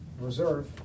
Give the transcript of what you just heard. reserve